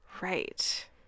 Right